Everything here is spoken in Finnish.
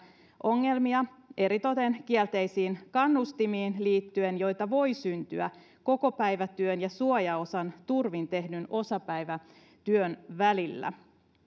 ongelmia eritoten kielteisiin kannustimiin liittyen joita voi syntyä kokopäivätyön ja suojaosan turvin tehdyn osapäivätyön välillä